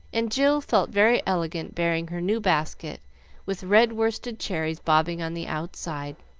and jill felt very elegant bearing her new basket with red worsted cherries bobbing on the outside.